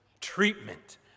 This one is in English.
treatment